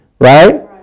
Right